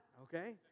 okay